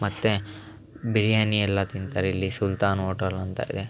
ಮತ್ತು ಬಿರಿಯಾನಿ ಎಲ್ಲ ತಿಂತಾರೆ ಇಲ್ಲಿ ಸುಲ್ತಾನ್ ಹೋಟಲ್ ಅಂತ ಇದೆ